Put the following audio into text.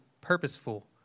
purposeful